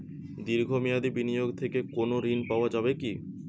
দীর্ঘ মেয়াদি বিনিয়োগ থেকে কোনো ঋন পাওয়া যাবে কী?